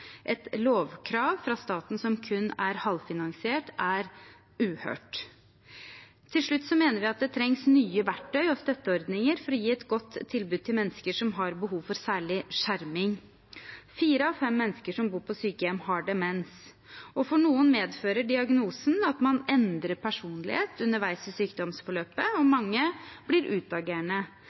Et lovkrav fra staten som kun er halvfinansiert, er uhørt. Til slutt mener vi at det trengs nye verktøy og støtteordninger for å gi et godt tilbud til mennesker som har behov for særlig skjerming. Fire av fem mennesker som bor på sykehjem, har demens, og for noen medfører diagnosen at man endrer personlighet underveis i sykdomsforløpet, og mange blir utagerende,